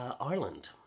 Ireland